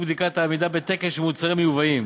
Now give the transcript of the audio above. בדיקות העמידה בתקן של מוצרים מיובאים,